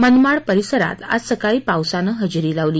मनमाड परिसरात आज सकाळी पावसानंही हजेरी लावली